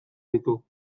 ditu